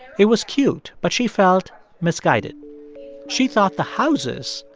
it was cute, but she felt misguided she thought the houses,